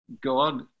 God